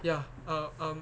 ya uh um